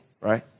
right